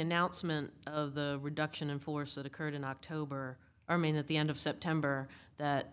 announcement of the reduction in force that occurred in october i mean at the end of september that